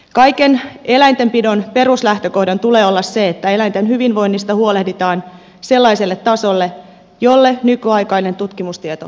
kaiken eläintenpidon peruslähtökohdan tulee olla se että eläinten hyvinvoinnista huolehditaan sellaiselle tasolle jolle nykyaikainen tutkimustieto sen edellyttää